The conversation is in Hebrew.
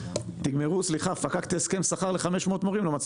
ותגמרו את הסכם השכר ל-500 המורים האלה,